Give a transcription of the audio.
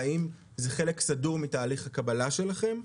והאם זה חלק סדור מתהליך הקבלה שלכם.